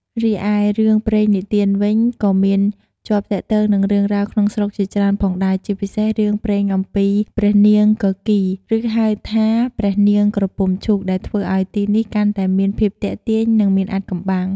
រីឯរឿងព្រេងនិទានវិញ ក៏មានជាប់ទាក់ទងនឹងរឿងរ៉ាវក្នុងស្រុកជាច្រើនផងដែរ ជាពិសេសរឿងព្រេងអំពីព្រះនាងគគីរ ឬហៅថាព្រះនាងក្រពុំឈូក ដែលធ្វើឱ្យទីនេះកាន់តែមានភាពទាក់ទាញ និងមានអាថ៌កំបាំង ។